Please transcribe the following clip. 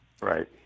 Right